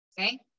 okay